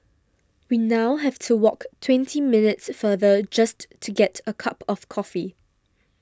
we now have to walk twenty minutes farther just to get a cup of coffee